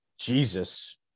Jesus